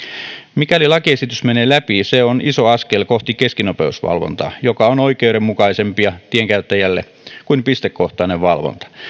mikäli lakiesitys menee läpi se on iso askel kohti keskinopeusvalvontaa joka on oikeudenmukaisempi tienkäyttäjälle kuin pistekohtainen valvonta